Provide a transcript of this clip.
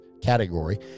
category